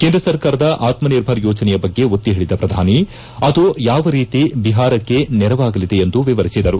ಕೇಂದ್ರ ಸರ್ಕಾರದ ಆತ್ಸನಿರ್ಭರ್ ಯೋಜನೆಯ ಬಗ್ಗೆ ಒತ್ತಿ ಹೇಳದ ಶ್ರಧಾನಿ ಅದು ಯಾವ ರೀತಿ ಬಿಹಾರಕ್ಷೆ ನೆರವಾಗಲಿದೆ ಎಂದು ವಿವರಿಸಿದರು